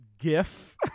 GIF